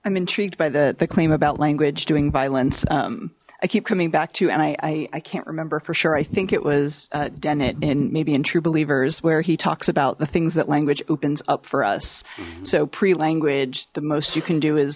i'm intrigued by the the claim about language doing violence i keep coming back to and i can't remember for sure i think it was dennett and maybe in true believers where he talks about the things that language opens up for us so pre language the most you can do is